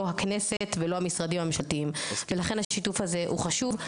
הכנסת ולא המשרדים הממשלתיים ולכן השיתוף הזה הוא חשוב.